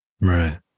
Right